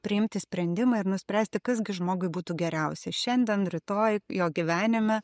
priimti sprendimą ir nuspręsti kas gi žmogui būtų geriausia šiandien rytoj jo gyvenime